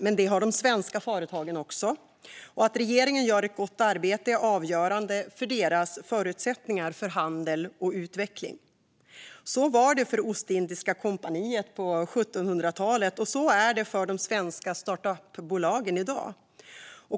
Men det har de svenska företagen också. Att regeringen gör ett gott arbete är avgörande för deras förutsättningar för handel och utveckling. Så var det för Ostindiska kompaniet på 1700-talet, och så är det för de svenska startupbolagen i dag.